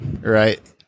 right –